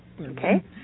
Okay